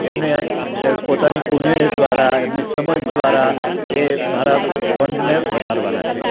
એમને પોતાની કુનેહ દ્વારા એમની સમજ દ્વારા એ મારા ફંડને વધારવાના છે